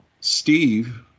steve